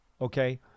okay